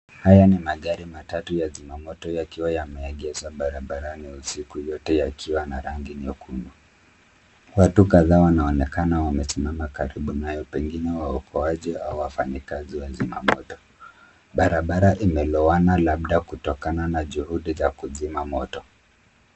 Haya ni magari matatu ya zimamoto, yakiwa yameegezwa barabarani ya usiku, yote yakiwa na rangi nyekundu. Watu kadhaa wanaonekana wamesimama karibu nayo, pengine waokoaji au wafanyikazi wa zima moto. Barabara imelowana labda kutokana na juhudi za kuzima moto.